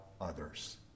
others